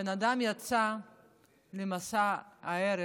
בן אדם יצא למסע ההרג